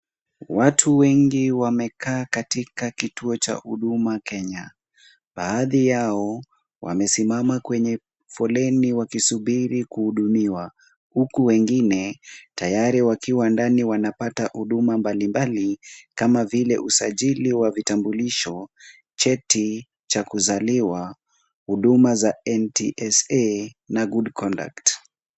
Watu wengi wamekaa katika kituo cha huduma Kenya. Baadhi yao wamesimama kwenye foleni wakisubiri kuhudumiwa, huku wengine tayari wakiwa ndani wanapata huduma mbalimbali kama vile usajili wa vitambulisho, cheti cha kuzaliwa, huduma za NTSA na good conduct .